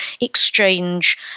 exchange